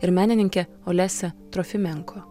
ir menininkė olesia trofimenko